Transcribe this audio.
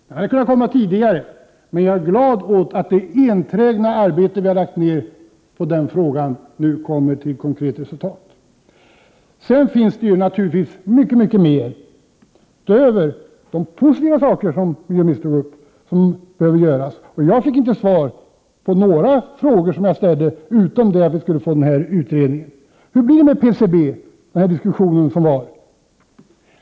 Den hade kunnat komma tidigare, men jag är glad att det enträgna arbete som vi lagt ner på den frågan nu gett konkret resultat. Det finns naturligtvis mycket mer, utöver de positiva saker som miljömi nistern tog upp, som behöver göras. Jag fick inte något svar på de frågor jag Prot. 1988/89:59 ställde, utom det där om utredningen. Hur blir det med PCB? — det har ju 1 februari 1989 också diskuterats.